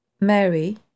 Mary